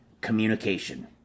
Communication